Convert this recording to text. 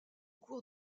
cours